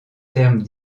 termes